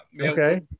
Okay